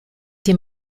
dem